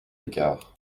écart